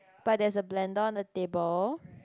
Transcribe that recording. but there's a blender on the table